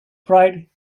pride